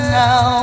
now